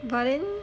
but then